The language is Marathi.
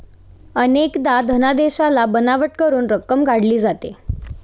अनेकदा धनादेशाला बनावट करून रक्कम काढली जाते